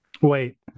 Wait